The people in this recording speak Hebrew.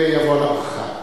יבוא על הברכה.